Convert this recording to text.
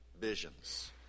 visions